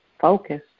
Focus